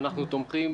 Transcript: אנחנו תומכים